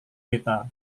peta